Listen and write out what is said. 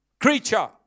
Creature